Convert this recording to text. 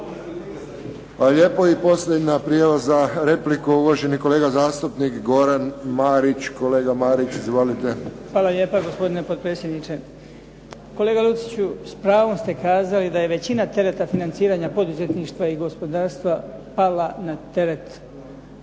lijepo. I posljednja prijava za repliku, uvaženi kolega zastupnik Goran Marić, kolega Marić. Izvolite. **Marić, Goran (HDZ)** Hvala lijepo gospodine potpredsjedniče. Kolega Luciću, s pravom ste kazali da je većina tereta financiranja poduzetništva i gospodarstva pala na teret